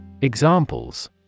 Examples